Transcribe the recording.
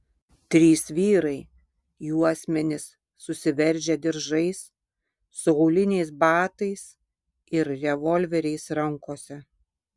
trys vyrai juosmenis susiveržę diržais su auliniais batais ir revolveriais rankose